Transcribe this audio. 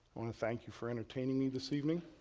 want to thank you for entertaining me this evening.